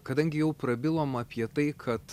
kadangi jau prabilom apie tai kad